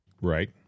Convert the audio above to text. Right